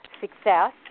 success